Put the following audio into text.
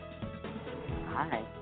Hi